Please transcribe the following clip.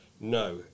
No